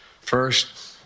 First